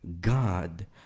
God